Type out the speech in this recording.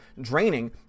draining